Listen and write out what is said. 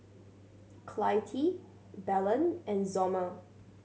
Clytie Belen and Somer